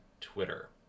Twitter